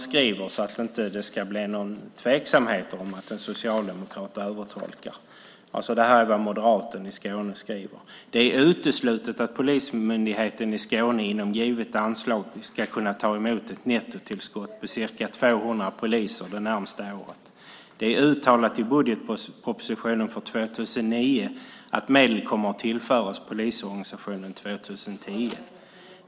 För att det inte ska bli någon tveksamhet om att en socialdemokrat övertolkar ska jag läsa vad moderaten i Skåne skriver: Det är uteslutet att Polismyndigheten i Skåne inom givet anslag ska kunna ta emot ett nettotillskott på ca 200 poliser det närmsta året. Det är uttalat i budgetpropositionen för 2009 att medel kommer att tillföras polisorganisationen 2010.